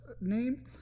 name